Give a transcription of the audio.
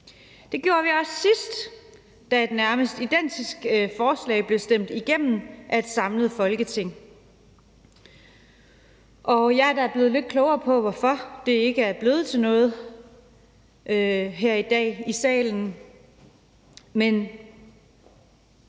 Det gjorde vi også sidst, da et nærmest identisk forslag blev stemt igennem af et samlet Folketing, og jeg er da blevet lidt klogere i dag her i salen på, hvorfor det ikke er blevet til noget. Men jeg mener,